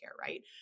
right